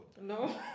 No